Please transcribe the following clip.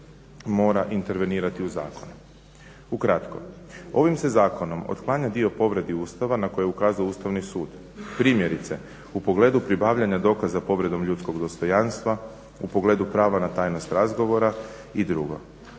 mora intervenirati u zakon. Ukratko. Ovim se Zakonom otklanja dio povreda Ustava na koje je ukazao Ustavni sud. Primjerice u pogledu pribavljanja dokaza povredom ljudskog dostojanstva, u pogledu prava na tajnost razgovora i drugo.